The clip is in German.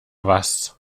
was